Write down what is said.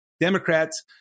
Democrats